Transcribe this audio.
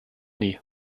nie